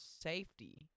safety